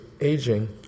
aging